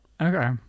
okay